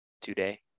today